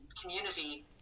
community